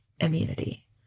immunity